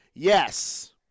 Yes